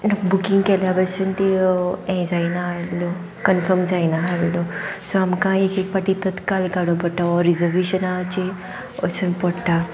booking केल्या बशून ती हें जायना हाड्य कन्फर्म जायना हाडलो सो आमकां एक एक पाटी तत्काल काडू पडटा हो रिजर्वेशनाचेर वचून पडटा